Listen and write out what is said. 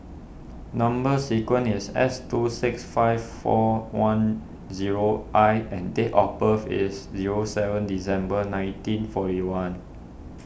Number Sequence is S two six five four one zero I and date of birth is zero seven December nineteen forty one